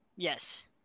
Yes